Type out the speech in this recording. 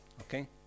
Okay